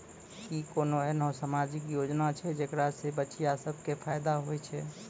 कि कोनो एहनो समाजिक योजना छै जेकरा से बचिया सभ के फायदा होय छै?